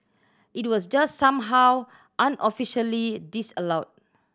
it was just somehow unofficially disallowed